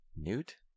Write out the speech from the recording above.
Newt